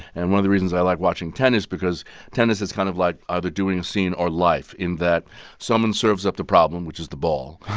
and one of the reasons i like watching tennis because tennis is kind of like, they're doing scene or life in that someone serves up the problem, which is the ball,